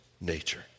nature